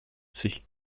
sich